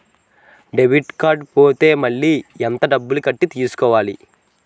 Debit card పోతే మళ్ళీ ఎంత డబ్బు కట్టి తీసుకోవాలి?